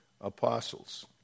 apostles